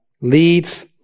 leads